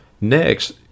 Next